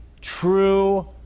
true